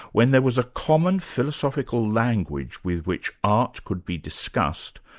when there was a common philosophical language with which art could be discussed,